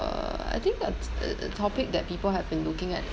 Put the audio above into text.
uh I think that's the the topic that people have been looking at